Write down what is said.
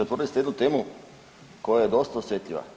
Otvorili ste jednu temu koja je dosta osjetljiva.